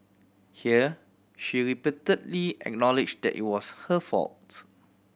here she repeatedly acknowledge that it was her faults